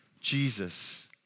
Jesus